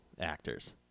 actors